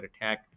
attack